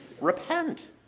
Repent